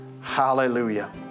Hallelujah